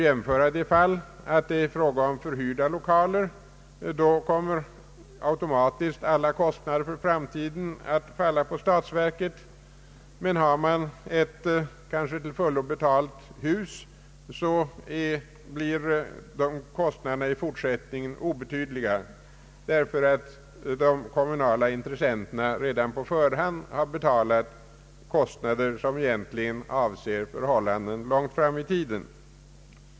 I de fall där det är fråga om förhyrda lokaler, kommer automatiskt alla kostnader för framtiden att falla på statsverket, men har man ett kanske till fullo betalt hus, blir kostnaderna i fortsättningen obetydliga på grund av att de kommunala intressenterna redan på förhand betalat kostnader som egentligen avser förhållanden långt framme i tiden.